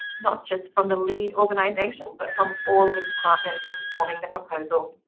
not just from the lead organization but from all of its partners informing the proposal.